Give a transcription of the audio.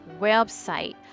website